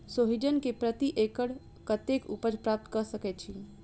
सोहिजन केँ प्रति एकड़ कतेक उपज प्राप्त कऽ सकै छी?